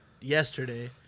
yesterday